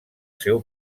seu